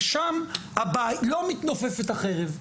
ושם לא מתנופפת החרב.